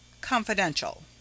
confidential